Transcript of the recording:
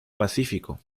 pacífico